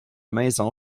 maison